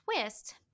twist